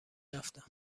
رفتند